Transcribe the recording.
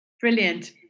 Brilliant